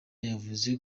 yavuze